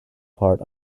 part